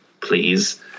please